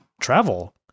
travel